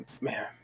man